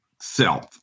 self